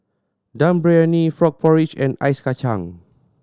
Dum Briyani frog porridge and Ice Kachang